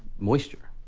moisture.